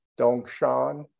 Dongshan